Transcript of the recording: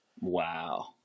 Wow